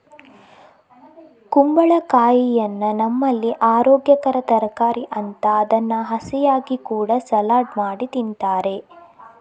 ಕುಂಬಳಕಾಯಿಯನ್ನ ನಮ್ಮಲ್ಲಿ ಅರೋಗ್ಯಕರ ತರಕಾರಿ ಅಂತ ಅದನ್ನ ಹಸಿಯಾಗಿ ಕೂಡಾ ಸಲಾಡ್ ಮಾಡಿ ತಿಂತಾರೆ